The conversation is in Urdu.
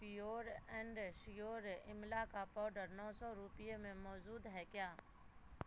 پیور اینڈ شیور آملا کا پاؤڈر نو سو روپے میں موجود ہے کیا